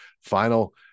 final